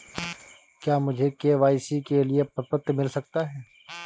क्या मुझे के.वाई.सी के लिए प्रपत्र मिल सकता है?